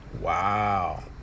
Wow